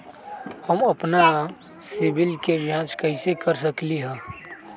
हम अपन सिबिल के जाँच कइसे कर सकली ह?